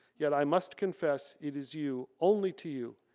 yet i must confess it is you, only to you,